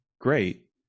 Great